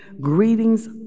greetings